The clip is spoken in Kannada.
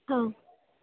ಹಾಂ